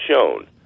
shown